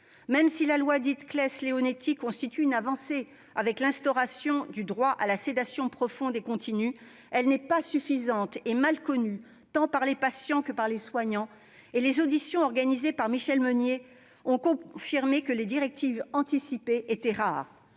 Même si la loi dite Claeys-Leonetti constitue une avancée avec l'instauration du droit à la sédation profonde et continue, elle est insuffisante et mal connue, tant par les patients que par les soignants. Les auditions organisées par Michelle Meunier ont par ailleurs confirmé que les directives anticipées étaient rares.